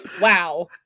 wow